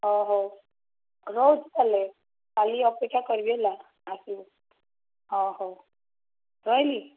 ହଉ ରହୁଛି ତା' ହେଲେ କାଲି ଅପେକ୍ଷା କରିବି ହେଲା ଆସିବୁ ହଁ ହଉ ରହିଲି